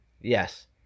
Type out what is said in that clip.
Yes